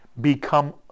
become